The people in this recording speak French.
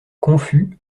confus